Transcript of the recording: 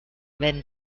wenn